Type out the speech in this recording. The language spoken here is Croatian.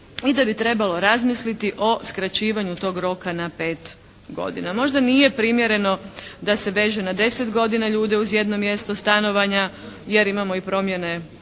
i da bi trebalo razmisliti o skraćivanju tog roka na pet godina. Možda nije primjereno da se veže na deset godina ljude uz jedno mjesto stanovanja jer imamo i promjene